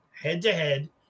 Head-to-head